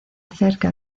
cerca